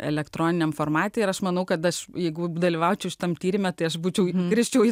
elektroniniam formate ir aš manau kad aš jeigu dalyvaučiau šitame tyrime tai aš būčiau grįžčiau